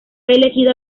elegida